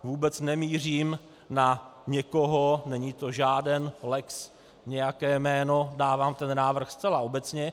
Vůbec nemířím na někoho, není to žáden lex nějaké jméno, dávám ten návrh zcela obecně.